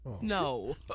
No